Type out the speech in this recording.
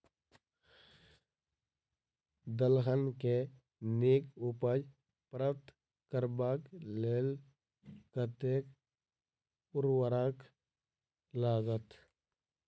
दलहन केँ नीक उपज प्राप्त करबाक लेल कतेक उर्वरक लागत?